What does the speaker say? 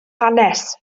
hanes